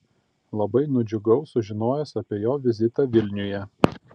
labai nudžiugau sužinojęs apie jo vizitą vilniuje